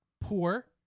Poor